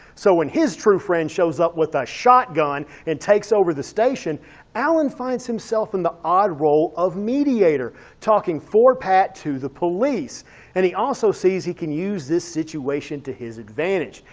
so when his true friend shows up with a shotgun and takes over the station alan finds himself in the odd role of mediator talking for pat to the police and he also sees he can use this situation to his advantage.